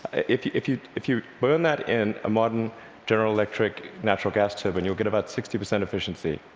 if you if you burn that in a modern general electric natural gas turbine, you'll get about sixty percent efficiency.